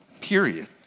period